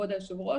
כבוד היושב-ראש,